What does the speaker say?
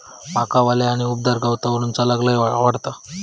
माका वल्या आणि उबदार गवतावरून चलाक लय आवडता